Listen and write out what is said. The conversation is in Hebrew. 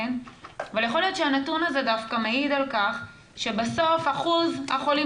אבל יכול להיות שהנתון הזה דווקא מעיד על כך שבסוף אחוז החולים